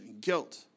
guilt